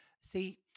See